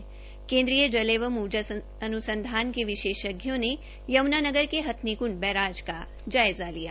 केन्द्रीय जल एवं उर्जा अनुसंधान के विशेषज्ञों द्वारा यमुनानगर के इथनीकुंड बैराज का जायजा लिया